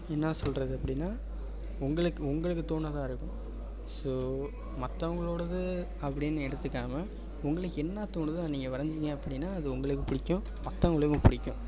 என்ன சொல்கிறது அப்படின்னா உங்களுக்கு உங்களுக்கு தோணினதா இருக்கும் ஸோ மற்றவங்களோடது அப்படின்னு எடுத்துக்காமல் உங்களுக்கு என்ன தோணுதோ அதை நீங்கள் வரைஞ்சீங்க அப்படின்னா அது உங்களுக்குப் பிடிக்கும் மற்றவங்களுக்கும் பிடிக்கும்